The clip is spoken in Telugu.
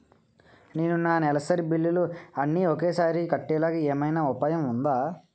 నేను నా నెలసరి బిల్లులు అన్ని ఒకేసారి కట్టేలాగా ఏమైనా ఉపాయం ఉందా?